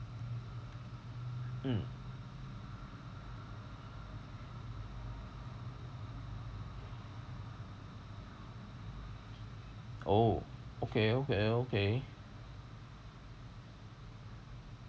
mm oh okay okay okay